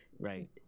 Right